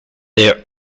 their